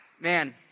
man